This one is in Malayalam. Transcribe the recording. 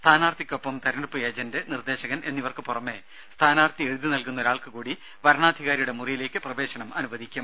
സ്ഥാനാർത്ഥിക്കൊപ്പം തിരഞ്ഞെടുപ്പ് ഏജന്റ് നിർദ്ദേശകൻ എന്നിവർക്കു പുറമെ സ്ഥാനാർത്ഥി എഴുതി നൽകുന്ന ഒരാൾക്കുകൂടി വരണാധികാരിയുടെ മുറിയിലേക്ക് പ്രവേശനം അനുവദിക്കും